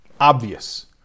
obvious